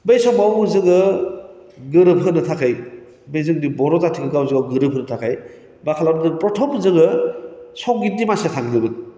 बै समाव जोङो गोरोबहोनो थाखाय बे जोंनि बर' जाथिखौ गावजों गाव गोरोबहोनो थाखाय मा खालादों प्रतम जोङो संगितनि मानसिया थांदोंमोन